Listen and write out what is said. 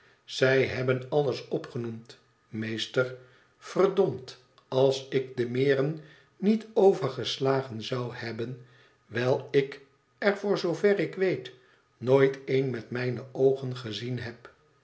zij hebben alles opgenoemd meester verd als ik de meren niet overgeslagen zou hebben wijl ik er voor zoover ik weet nooit een met mijne oogen gezien heb